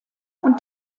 und